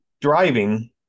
driving